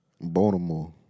Baltimore